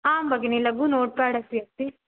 आं भगिनि लघु नोट् पाड अस्ति अस्ति